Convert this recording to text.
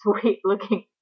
sweet-looking